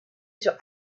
sur